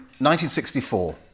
1964